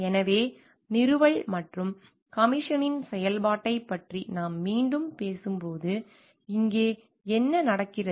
எனவே நிறுவல் மற்றும் கமிஷனின் செயல்பாட்டைப் பற்றி நாம் மீண்டும் பேசும்போது இங்கே என்ன நடக்கிறது